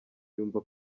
yumva